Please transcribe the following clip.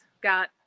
got